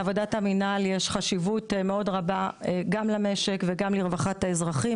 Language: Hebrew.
לעבודת המנהל יש חשיבות מאוד רבה גם למשק וגם לרווחת האזרחים,